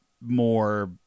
more